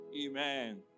Amen